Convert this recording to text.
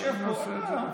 מבחינתנו,